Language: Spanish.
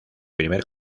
primer